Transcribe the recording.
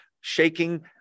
shaking